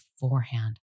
beforehand